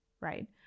right